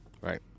right